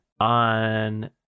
on